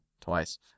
twice